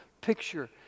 picture